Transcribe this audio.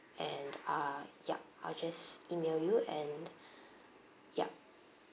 and uh yup I'll just email you and yup